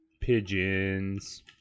Pigeons